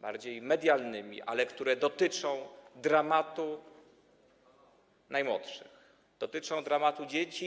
bardziej medialnymi, ale które dotyczą dramatu najmłodszych, dramatu dzieci.